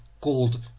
called